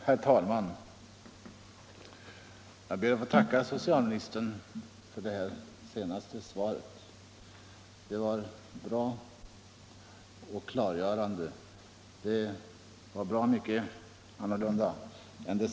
Herr talman! Jag ber att få tacka socialministern för det senaste anförandet. Det var mer klargörande än svaret på interpellationen.